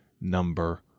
number